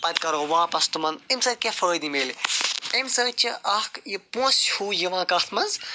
پَتہٕ کرو واپَس تِمَن اَمہِ سۭتۍ کیاہ فٲیدٕ مِلہِ اَمہِ سۭتۍ چھِ اکھ یہِ پونٛسہِ چھُ یِوان کتھ مَنٛز